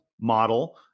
model